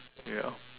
ya